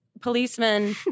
Policemen